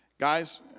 Guys